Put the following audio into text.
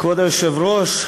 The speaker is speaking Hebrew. כבוד היושב-ראש,